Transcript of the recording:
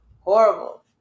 horrible